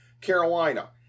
Carolina